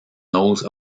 those